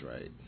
right